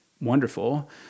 wonderful